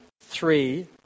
Three